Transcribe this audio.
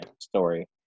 story